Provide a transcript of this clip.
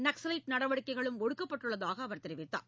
நக்ஸலைட் நடவடிக்கைகளும் ஒடுக்கப்பட்டுள்ளதாக அவர் தெரிவித்தார்